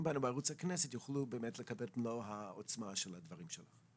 בנו יוכלו לקבל את מלוא העוצמה של הדברים שלך.